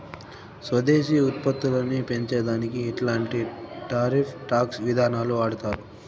స్వదేశీ ఉత్పత్తులని పెంచే దానికి ఇట్లాంటి టారిఫ్ టాక్స్ విధానాలు వాడతారు